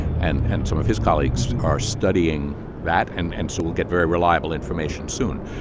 and and some of his colleagues are studying that. and and so we'll get very reliable information soon.